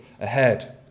ahead